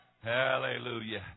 hallelujah